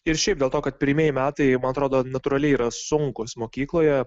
ir šiaip dėl to kad pirmieji metai man atrodo natūraliai yra sunkūs mokykloje